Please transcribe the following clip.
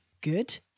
Good